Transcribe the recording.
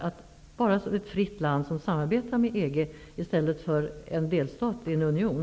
Det skall vara ett fritt land som samarbetar med EG i stället för en delstat i en union.